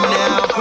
now